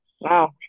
wow